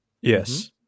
Yes